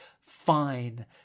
fine